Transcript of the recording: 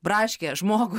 braškę žmogų